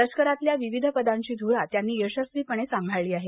लष्करातल्या विविध पदांची ध्रा त्यांनी यशस्वीपणे सांभाळली आहे